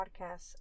Podcasts